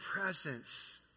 presence